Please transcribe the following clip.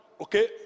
Okay